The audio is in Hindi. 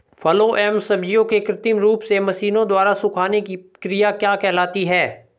फलों एवं सब्जियों के कृत्रिम रूप से मशीनों द्वारा सुखाने की क्रिया क्या कहलाती है?